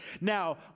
Now